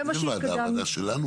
איזה ועדה, הוועדה שלנו?